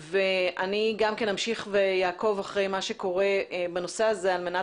אני גם אמשיך ואעקוב אחרי מה שקורה בנושא הזה על מנת